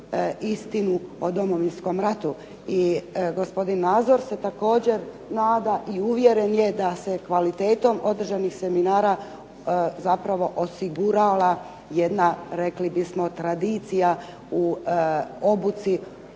istinu o Domovinskom ratu. I gospodin Nazor se također nada i uvjeren je da se kvalitetom održanih seminara zapravo osigurava jedna rekli bismo tradicija u obuci,